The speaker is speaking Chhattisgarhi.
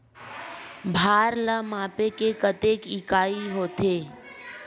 भार ला मापे के कतेक इकाई होथे?